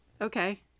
Okay